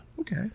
okay